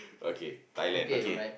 okay Thailand okay